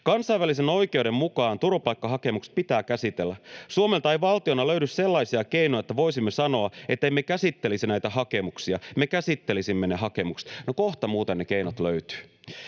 ”Kansainvälisen oikeuden mukaan turvapaikkahakemukset pitää käsitellä. Suomelta ei valtiona löydy sellaisia keinoja, että voisimme sanoa, että emme käsittelisi näitä hakemuksia. Me käsittelisimme ne hakemukset.” — No, kohta muuten ne keinot löytyvät.